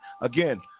again